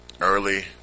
early